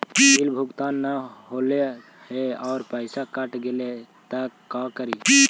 Bill भुगतान न हौले हे और पैसा कट गेलै त का करि?